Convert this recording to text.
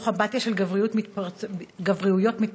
בתוך אמבטיה של גבריויות מתפרצות.